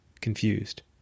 confused